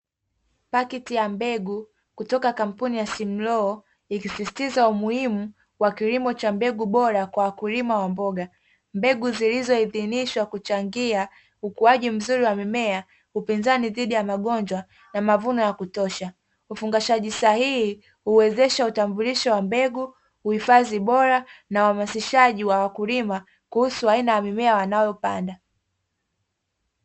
Pakiti ya mbegu kutoka kampuni ya "Simlaw", ikisisitiza umuhimu wa kilimo cha mbegu bora kwa wakulima wa mboga. Mbegu zilizohidhinishwa kuchangia ukuaji mzuri wa mimea, upinzani dhidi ya magonjwa na mavuno ya kutosha. Ufangashaji sahihi huwezesha utambulisho wa mbegu, uhifadhi bora na uhamasishaji wa wakulima kuhusu aina ya mimea wanayopanda.